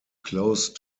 close